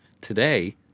today